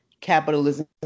capitalism